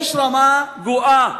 האלימות גואה,